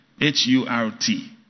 H-U-R-T